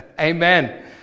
Amen